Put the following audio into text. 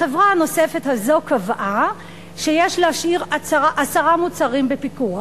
החברה הנוספת הזאת קבעה שיש להשאיר עשרה מוצרים בפיקוח.